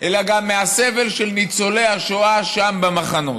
אלא גם מהסבל של ניצולי השואה שם, במחנות.